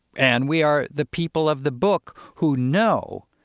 and we are the people of the book who know